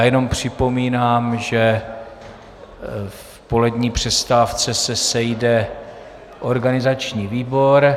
Jenom připomínám, že o polední přestávce se sejde organizační výbor.